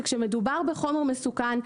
כשמדובר בחומר מסוכן,